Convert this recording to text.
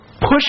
push